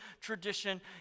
tradition